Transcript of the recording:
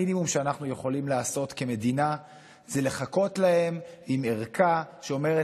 המינימום שאנחנו יכולים לעשות כמדינה זה לחכות להם עם ערכה שאומרת: